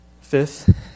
Fifth